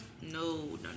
no